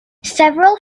several